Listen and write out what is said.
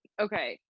okay